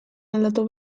aldatu